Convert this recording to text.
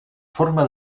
forma